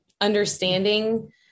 understanding